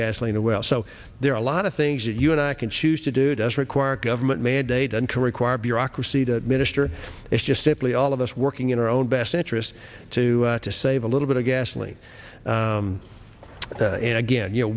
gasoline away so there are a lot of things that you and i can choose to do does require a government mandate and to require bureaucracy to minister it's just simply all of us working in our own best interest to to save a little bit of gasoline and again you know